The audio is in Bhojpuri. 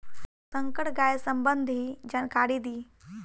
संकर गाय संबंधी जानकारी दी?